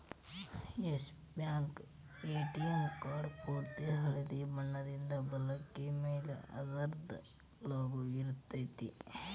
S bank ATM card ಪೂರ್ತಿ ಹಳ್ದಿ ಬಣ್ಣದಿದ್ದು, ಬಲಕ್ಕ ಮ್ಯಾಲೆ ಅದರ್ದ್ ಲೊಗೊ ಇರ್ತೆತಿ